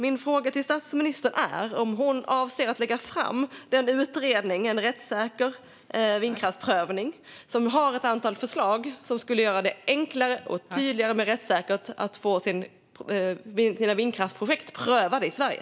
Min fråga till statsministern är om hon avser att lägga fram den utredning, En rättssäker vindkraftsprövning , där det finns ett antal förslag som skulle göra det enklare, tydligare och mer rättssäkert att få sina vindkraftsprojekt prövade i Sverige.